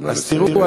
תודה.